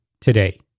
today